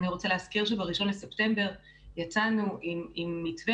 אני רוצה להזכיר שב-1 בספטמבר יצאנו עם מתווה